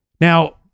Now